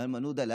או לאיימן עודה,